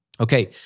Okay